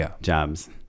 jobs